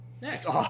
Next